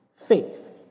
faith